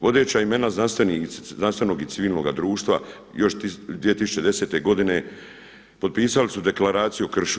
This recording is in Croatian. Vodeća imena znanstvenog i civilnoga društva još 2010. godine potpisali su deklaraciju o kršu.